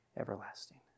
everlasting